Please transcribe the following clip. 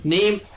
Name